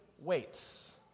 waits